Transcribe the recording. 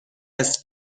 است